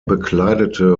bekleidete